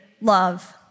love